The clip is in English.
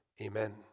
amen